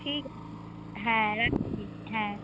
ঠিক আছে হ্যাঁ রাখছি হ্যাঁ